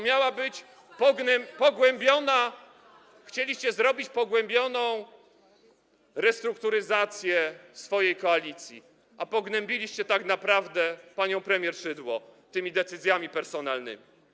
Miała być pogłębiona, chcieliście zrobić pogłębioną restrukturyzację swojej koalicji, a pognębiliście tak naprawdę panią premier Szydło tymi decyzjami personalnymi.